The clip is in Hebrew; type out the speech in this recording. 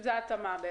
שזה ההתאמה.